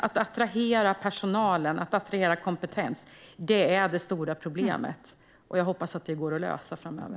Att attrahera personal och kompetens är det stora problemet, och jag hoppas att det går att lösa framöver.